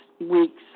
week's